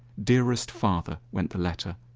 dearest father, went the letter.